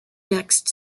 next